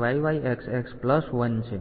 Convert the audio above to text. તેથી